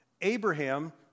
Abraham